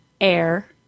air